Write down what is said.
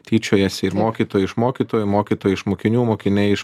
tyčiojasi ir mokytojai iš mokytojų mokytojai iš mokinių mokiniai iš